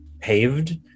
paved